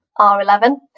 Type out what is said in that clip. R11